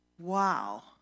Wow